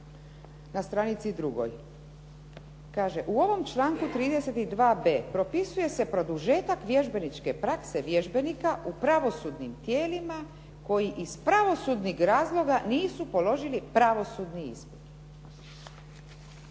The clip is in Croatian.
na stranici 2 kaže: u ovom članku 32.b propisuje se produžetak vježbeničke prakse vježbenika u pravosudnim tijelima koji iz pravosudnih razloga nisu položili pravosudni ispit.